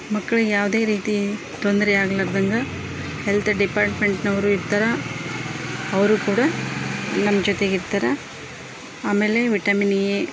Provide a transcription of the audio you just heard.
ಮಕ್ಳಿಗೆ ಯಾವುದೇ ರೀತಿ ತೊಂದರೆ ಆಗಲಾರ್ದಂಗ ಹೆಲ್ತ್ ಡಿಪಾರ್ಮೆಂಟಿನವ್ರು ಇರ್ತಾರೆ ಅವರು ಕೂಡ ನಮ್ಮ ಜೊತೆಗಿರ್ತಾರೆ ಆಮೇಲೆ ವಿಟಮಿನ್ ಎ